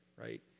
right